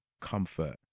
Comfort